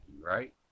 right